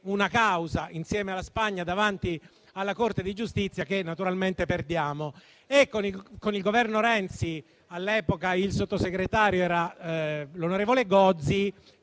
una causa, insieme alla Spagna, davanti alla Corte di giustizia, che naturalmente perdiamo. Con il Governo Renzi - all'epoca il Sottosegretario competente era l'onorevole Gozi